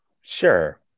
Sure